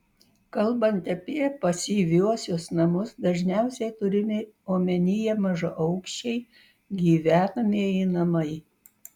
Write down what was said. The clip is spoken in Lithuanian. kalbant apie pasyviuosius namus dažniausiai turimi omenyje mažaaukščiai gyvenamieji namai